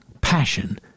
passion